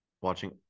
watching